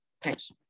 thanks